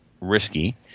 risky